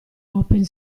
open